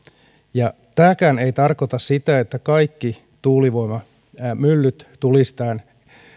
ja tämäkään ei tarkoita sitä että kaikki tuulivoimamyllyt tulisivat tämän